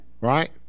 right